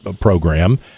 program